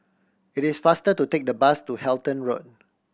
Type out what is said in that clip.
it is faster to take the bus to Halton Road